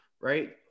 right